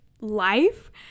life